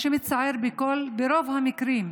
מה שמצער הוא שרוב המקרים,